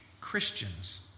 Christians